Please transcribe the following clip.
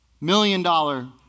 million-dollar